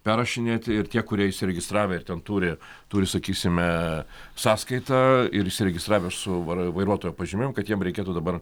perrašinėti ir tie kurie įsiregistravę ir ten turi turi sakysime sąskaitą ir įsiregistravę su vair vairuotojo pažymėjimu kad jiem reikėtų dabar